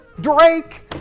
Drake